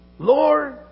Lord